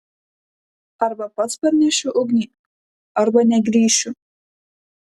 arba pats parnešiu ugnį arba negrįšiu